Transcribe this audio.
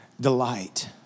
Delight